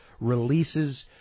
releases